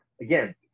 again